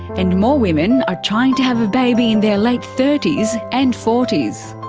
and more women are trying to have a baby in their late thirty s and forty s.